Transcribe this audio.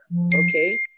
Okay